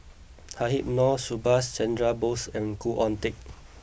Habib Noh Subhas Chandra Bose and Khoo Oon Teik